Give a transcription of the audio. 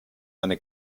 eine